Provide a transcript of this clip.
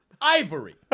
Ivory